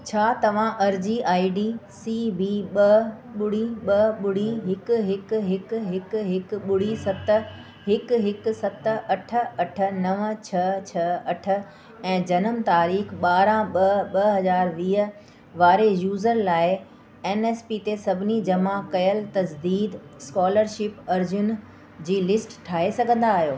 छा तव्हां अर्ज़ी आई डी सी वी ॿ ॿुड़ी ॿ ॿुड़ी हिकु हिकु हिकु हिकु हिकु ॿुड़ी सत हिकु हिकु सत अठ अठ नव छह छह अठ ऐं जनम तारीख़ ॿारहं ॿ ॿ हज़ार वीह वारे यूज़र लाइ एन एस पी ते सभिनी जमा कयल तज़दीद स्कॉलरशिप अर्ज़ियुनि जी लिस्ट ठाहे सघंदा आहियो